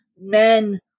men